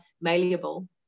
malleable